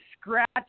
scratch